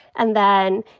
and then,